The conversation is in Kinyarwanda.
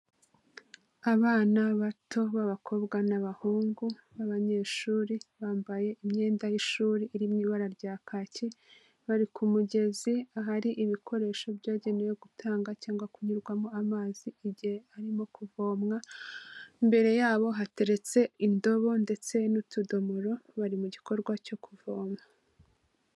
Abana bato b'abakobwa n'abahungu b'abanyeshuri, bambaye imyenda y'ishuri iri mu ibara rya kacyi, bari ku mugezi ahari ibikoresho byagenewe gutanga cyangwa kunyurwamo amazi igihe arimo kuvomwa, imbere yabo hateretse indobo ndetse n'utudomoro, bari mu gikorwa cyo kuvoma.